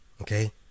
okay